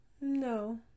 No